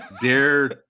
dare